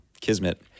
Kismet